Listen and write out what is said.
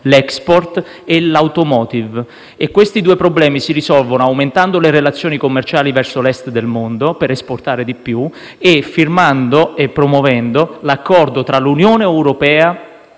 l'*export* e l'*automotive*. Questi due problemi si risolvono aumentando le relazioni commerciali verso l'Est del mondo per esportare di più e promuovendo l'accordo tra l'Unione europea